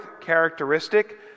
characteristic